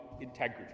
integrity